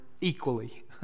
equally